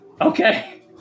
okay